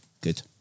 good